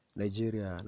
nigeria